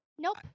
Nope